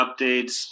updates